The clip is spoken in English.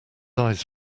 eyes